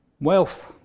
Wealth